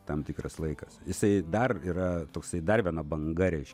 tam tikras laikas jisai dar yra toksai dar viena banga reiškia